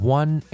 one